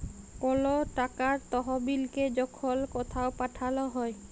call টাকার তহবিলকে যখল কথাও পাঠাল হ্যয়